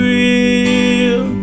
real